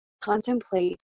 contemplate